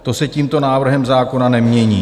To se tímto návrhem zákona nemění.